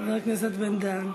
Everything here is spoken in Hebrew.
חבר הכנסת בן-דהן.